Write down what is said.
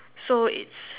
so it's